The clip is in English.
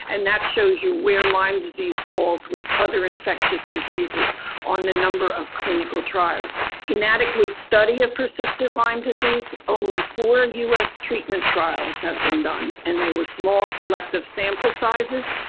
and that shows you where lyme disease falls with other infectious diseases on a number of clinical trials. inadequate study of persistent lyme disease, only four us treatment trials have been done. and they were small selective sample sizes.